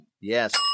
Yes